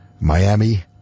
Miami